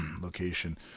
location